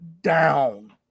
down